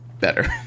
better